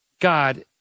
God